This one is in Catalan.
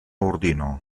ordino